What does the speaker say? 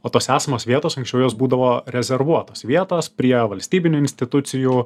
o tos esamos vietos anksčiau jos būdavo rezervuotos vietos prie valstybinių institucijų